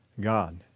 God